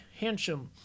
Hansham